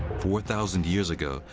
four thousand years ago,